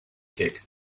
kick